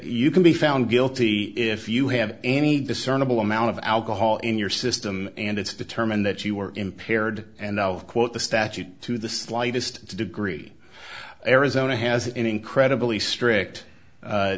you can be found guilty if you have any discernible amount of alcohol in your system and it's determined that you were impaired and out of quote the statute to the slightest degree arizona has an incredibly strict